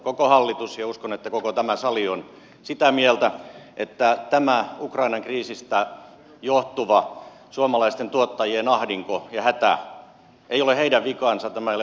koko hallitus ja uskon että koko tämä sali on sitä mieltä että tämä ukrainan kriisistä johtuva suomalaisten tuottajien ahdinko ja hätä ei ole heidän vikansa tämä ei ole markkinahäiriö